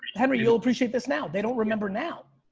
henry you'll appreciate this now. they don't remember now.